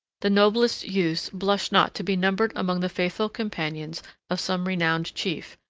the noblest youths blushed not to be numbered among the faithful companions of some renowned chief,